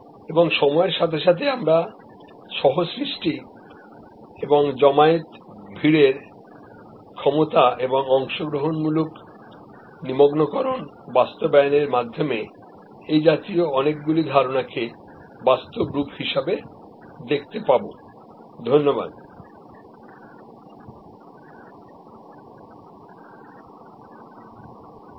এবং সময়ের সাথে সাথে আমরা দেখব যে কো ক্রিয়েশন এবং ক্রাউড সোর্সিং র ক্ষমতা চিন্তা ধারায় ব্যবহার করে এবং প্রতিটি লোকের অন্তর থেকে অংশগ্রহণ হাসিল করে এ জাতীয় অনেকগুলি ধারণাকে বাস্তব রূপ হিসাবে দেখতে পাবো